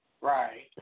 Right